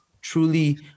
truly